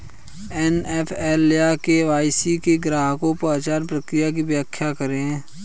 AML या KYC में ग्राहक पहचान प्रक्रिया की व्याख्या करें?